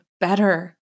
better